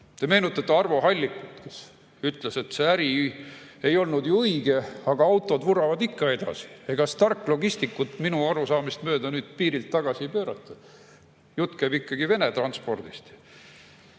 meenutate Arvo Hallikut, kes ütles, et see äri ei olnud õige, aga autod vuravad ikka edasi. Ega Stark Logisticsit minu arusaamist mööda piirilt tagasi ei pöörata. Jutt käib ikkagi Vene transpordist.